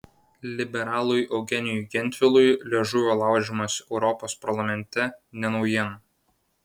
liberalui eugenijui gentvilui liežuvio laužymas europos parlamente ne naujiena